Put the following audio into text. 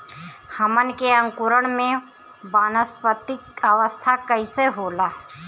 हमन के अंकुरण में वानस्पतिक अवस्था कइसे होला?